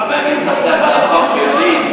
חבר כנסת מצפצף על החוק ביודעין.